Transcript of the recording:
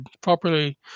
properly